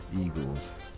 Eagles